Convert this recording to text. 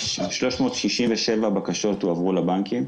367 בקשות הועברו לבנקים.